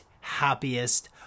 happiest